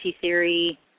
theory